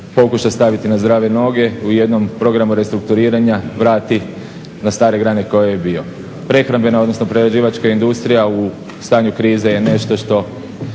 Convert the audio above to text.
pokuša staviti na zdrave nove u jednom programu restrukturiranja vrati na stare grane na kojoj je bio. Prehrambena odnosno prerađivačka industrija u stanju krize je nešto što